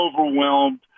overwhelmed